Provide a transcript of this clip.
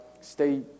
Stay